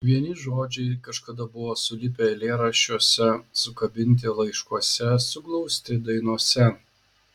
vieni žodžiai kažkada buvo sulipę eilėraščiuose sukabinti laiškuose suglausti dainose